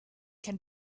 can